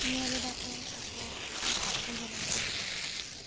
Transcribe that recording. ᱧᱮᱞ ᱮᱫᱟ ᱠᱚ ᱥᱮ ᱠᱚ ᱟᱸᱡᱚᱢ ᱟᱹᱜᱩᱭᱫᱟ